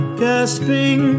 gasping